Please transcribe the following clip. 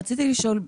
רציתי לשאול.